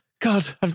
god